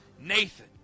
Nathan